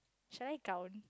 shall I count